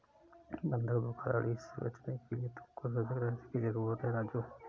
बंधक धोखाधड़ी से बचने के लिए तुमको सजग रहने की जरूरत है राजु